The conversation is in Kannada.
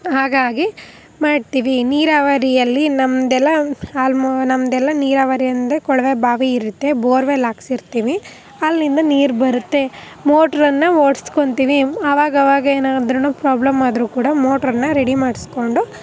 ಹಾಗಾಗಿ ಮಾಡ್ತೀವಿ ನೀರಾವರಿಯಲ್ಲಿ ನಮ್ಮದೆಲ್ಲ ಆಲ್ಮೊ ನಮ್ಮದೆಲ್ಲ ನೀರಾವರಿ ಅಂದರೆ ಕೊಳವೆ ಬಾವಿ ಇರುತ್ತೆ ಬೋರ್ವೆಲ್ ಹಾಕ್ಸಿರ್ತೀನಿ ಅಲ್ಲಿಂದ ನೀರು ಬರುತ್ತೆ ಮೋಟ್ರನ್ನು ಓಡ್ಸ್ಕೊಳ್ತೀ ನಿ ಆವಾಗವಾಗ ಏನಾದರೂನು ಪ್ರಾಬ್ಲಮ್ ಆದರೂ ಕೂಡ ಮೋಟ್ರನ್ನು ರೆಡಿ ಮಾಡಿಸ್ಕೊಂಡು